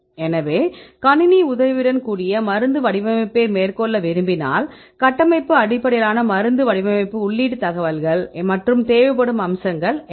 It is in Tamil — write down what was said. எனவே கணினி உதவியுடன் கூடிய மருந்து வடிவமைப்பை மேற்கொள்ள விரும்பினால் கட்டமைப்பு அடிப்படையிலான மருந்து வடிவமைப்பு உள்ளீட்டு தகவல்கள் மற்றும் தேவைப்படும் அம்சங்கள் என்ன